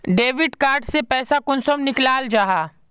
Debit card से पैसा कुंसम निकलाल जाहा?